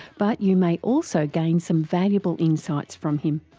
but you may also gain some valuable insights from him.